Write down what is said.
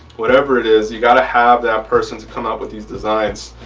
whatever it is you got to have that person to come up with these designs.